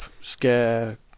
Scare